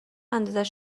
انداز